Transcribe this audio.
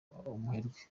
umuherwe